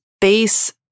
base